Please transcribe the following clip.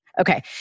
Okay